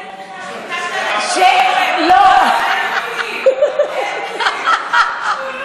מפרגנת לך שכתבת עלי פוסט יפה,